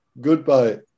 Goodbye